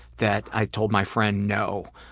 that i told my friend no.